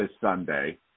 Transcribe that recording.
Sunday